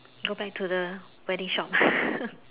go back to the wedding shop